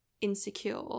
insecure